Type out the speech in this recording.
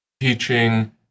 teaching